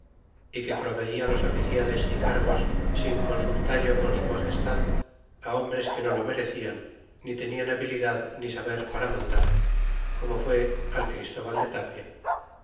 y que proveia los oficiales y cargos sin consultallo con su magestad hombres que no lo merecian ni tenian habilidad ni saber para mandar como fué al christóbal de tapia